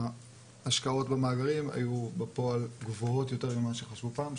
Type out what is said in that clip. ההשקעות במאגרים היו בפועל גבוהות יותר ממה שחשבו פעם.